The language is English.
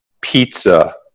pizza